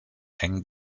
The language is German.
eng